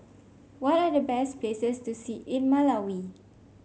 what are the best places to see in Malawi